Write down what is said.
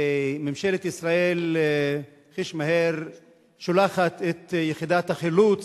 ממשלת ישראל חיש מהר שולחת את יחידת החילוץ,